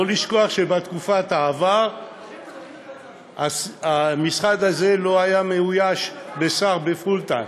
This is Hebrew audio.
לא לשכוח שבתקופת העבר המשרד הזה לא היה מאויש בשר בפול-טיים.